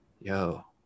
yo